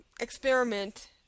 experiment